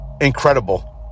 incredible